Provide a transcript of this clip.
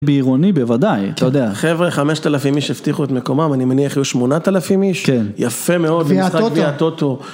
בעירוני בוודאי, אתה יודע. חבר'ה, 5,000 איש הבטיחו את מקומם, אני מניח יהיו 8,000 איש? כן. יפה מאוד, משחק גביע הטוטו.